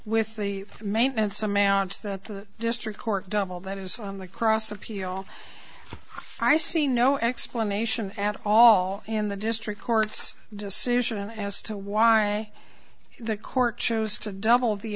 with the maintenance amount district court double that is on the cross appeal i see no explanation at all in the district court's decision as to why the court chose to double the